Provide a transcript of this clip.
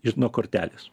ir nuo kortelės